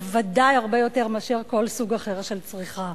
בוודאי הרבה יותר מאשר כל סוג אחר של צריכה.